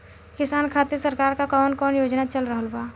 किसान खातिर सरकार क कवन कवन योजना चल रहल बा?